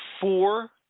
four